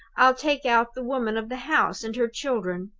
i'll take out the woman of the house, and her children.